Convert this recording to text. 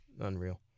Unreal